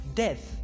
death